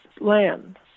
land